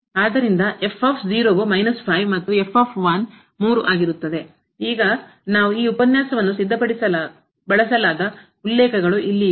ಆದ್ದರಿಂದ 5 ಮತ್ತು 3 ಈಗ ನಾವು ಈ ಉಪನ್ಯಾಸವನ್ನು ಸಿದ್ಧಪಡಿಸಲು ಬಳಸಲಾದ ಉಲ್ಲೇಖಗಳು ಇಲ್ಲಿ ಇವೆ